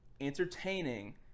entertaining